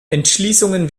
entschließungen